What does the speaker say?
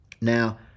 Now